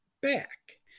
back